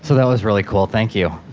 so that was really cool. thank you.